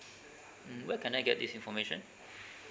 mm where can I get this information